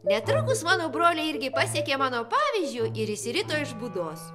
netrukus mano broliai irgi pasekė mano pavyzdžiu ir išsirito iš būdos